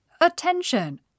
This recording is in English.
Attention